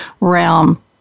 realm